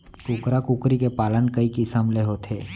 कुकरा कुकरी के पालन कई किसम ले होथे